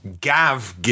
Gav